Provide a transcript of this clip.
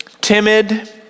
timid